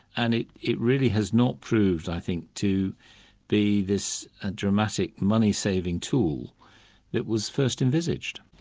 and it it really has not proved i think to be this ah dramatic money-saving tool that was first envisaged.